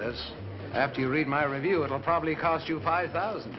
this after you read my review and i'll probably cost you five thousand